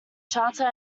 charter